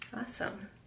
awesome